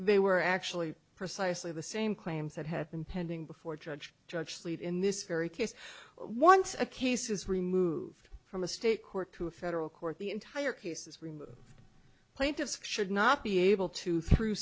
they were actually precisely the same claims that have been pending before judge judge sleet in this very case once a case is removed from a state court to a federal court the entire case is removed plaintiffs should not be able to through